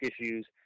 issues